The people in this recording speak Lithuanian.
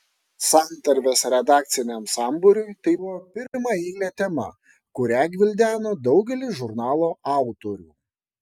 santarvės redakciniam sambūriui tai buvo pirmaeilė tema kurią gvildeno daugelis žurnalo autorių